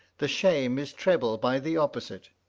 the shame is treble by the opposite.